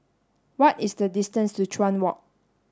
what is the distance to Chuan Walk